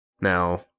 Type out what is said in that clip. Now